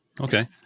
Okay